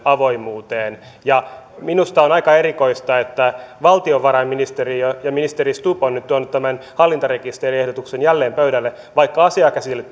avoimuuteen minusta on aika erikoista että valtiovarainministeriö ja ministeri stubb on nyt tuonut tämän hallintarekisteriehdotuksen jälleen pöydälle vaikka asiaa käsitellyt